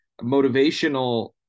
motivational